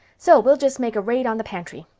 so we'll just make a raid on the pantry.